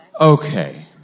okay